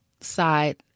side